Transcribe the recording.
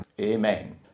Amen